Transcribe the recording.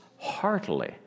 heartily